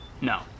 No